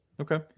Okay